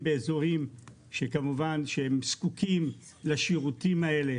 שזקוקים לשירותים האלה